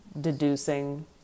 deducing